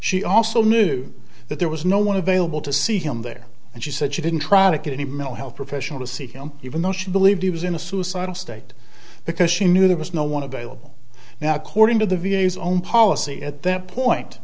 she also knew that there was no one available to see him there and she said she didn't try to get any mental health professional to see him even though she believed he was in a suicidal state because she knew there was no one available now according to the v a s own policy at that point